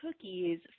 cookies